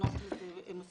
ומסקנות של זה שמסיקים,